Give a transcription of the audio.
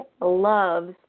loves